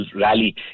rally